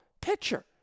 pitcher